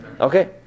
Okay